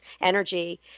energy